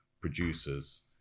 producers